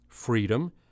freedom